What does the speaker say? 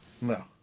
no